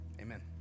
Amen